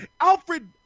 alfred